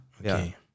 Okay